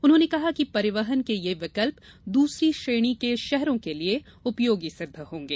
उन्होंने कहा कि परिवहन के ये विकल्प दूसरी श्रेणी के शहरों के लिए उपयोगी सिद्ध होंगे